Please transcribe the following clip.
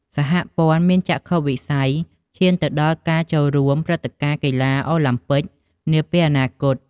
សហព័ន្ធមានចក្ខុវិស័យឈានទៅដល់ការចូលរួម ព្រឹត្តិការណ៍កីឡាអូឡាំពិកនាពេលអនាគត។